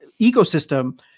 ecosystem